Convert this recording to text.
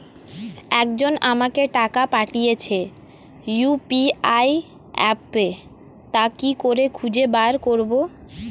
একজন আমাকে টাকা পাঠিয়েছে ইউ.পি.আই অ্যাপে তা কি করে খুঁজে বার করব?